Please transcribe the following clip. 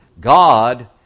God